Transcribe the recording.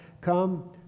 come